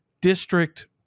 district